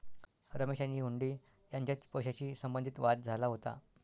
रमेश आणि हुंडी यांच्यात पैशाशी संबंधित वाद झाला होता